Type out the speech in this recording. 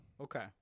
Okay